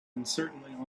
uncertainly